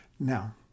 Now